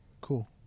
cool